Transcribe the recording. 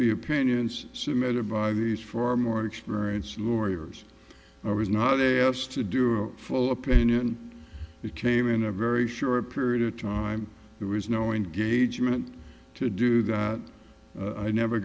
the opinions submitted by these far more experienced lauriers i was not they asked to do a full opinion it came in a very short period of time there was no engagement to do that i never